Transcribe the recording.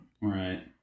Right